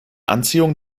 anziehung